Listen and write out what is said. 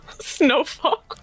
Snowfall